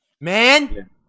man